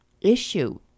issue